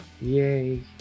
Yay